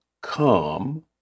come